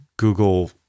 Google